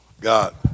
God